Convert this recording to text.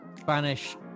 Spanish